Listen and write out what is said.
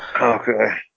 Okay